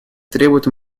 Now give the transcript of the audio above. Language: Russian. требует